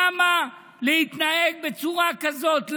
למה להתנהג בצורה כזאת?